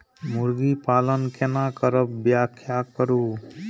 मुर्गी पालन केना करब व्याख्या करु?